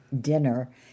dinner